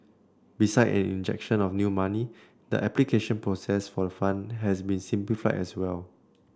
beside an injection of new money the application process for the fund has been simplified as well